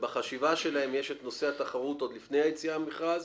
ובחשיבה שלהם יש את נושא התחרות עוד לפני היציאה למכרז